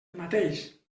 mateix